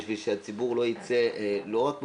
כדי שהציבור לא יצא לא רק מקופח,